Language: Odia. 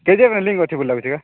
କେ ଜି ଏଫ୍ ଲିଙ୍କ୍ ଅଛି ପରି ଲାଗୁଛି କି